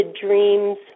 dreams